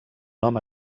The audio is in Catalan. nom